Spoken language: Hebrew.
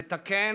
לתקן,